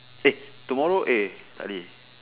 eh tomorrow eh tak boleh